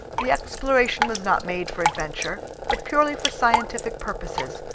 the exploration was not made for adventure, but purely for scientific purposes,